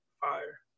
Fire